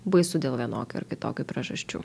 baisu dėl vienokių ar kitokių priežasčių